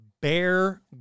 bear